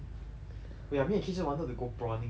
oh ya me and ki zhi wanted to go prawning sia the ang mo kio one